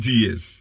years